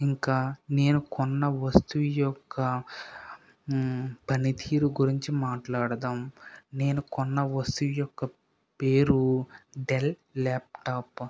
ఇంకా నేను కొన్న వస్తువు యొక్క పనితీరు గురించి మాట్లాడదాం నేను కొన్న వస్తువు యొక్క పేరు డెల్ ల్యాప్టాప్